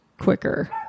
quicker